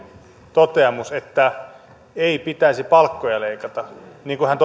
toteamus että ei pitäisi palkkoja leikata niin kuin hän